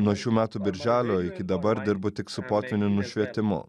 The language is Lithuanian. nuo šių metų birželio iki dabar dirbu tik su potvynio nušvietimu